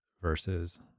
versus